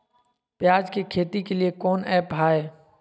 प्याज के खेती के लिए कौन ऐप हाय?